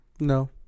No